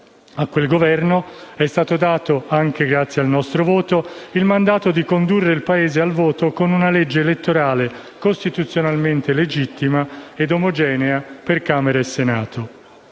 A quel Governo è stato dato, anche grazie al nostro voto, il mandato di condurre il Paese al voto con una legge elettorale costituzionalmente legittima e omogenea per Camera e Senato.